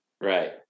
Right